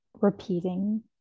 repeating